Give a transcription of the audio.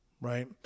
right